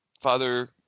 Father